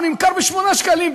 הוא נמכר ב-8 שקלים,